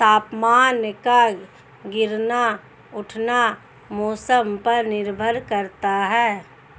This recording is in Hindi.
तापमान का गिरना उठना मौसम पर निर्भर करता है